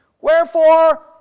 Wherefore